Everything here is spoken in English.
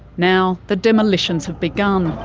now the demolitions have begun.